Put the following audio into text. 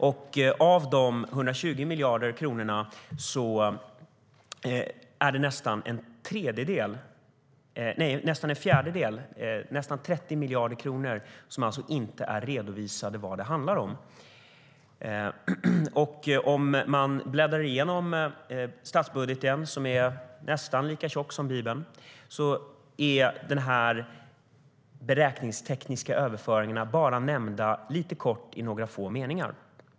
Av dessa 120 miljarder kronor är det nästan en fjärdedel - nästan 30 miljarder kronor - som man inte har redovisat vad de handlar om. Om vi bläddrar igenom statsbudgeten, som är nästan lika tjock som Bibeln, ser vi att de beräkningstekniska överföringarna bara är nämnda lite kort i några få meningar.